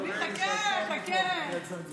חכה, חכה, הכול ברור.